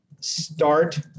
start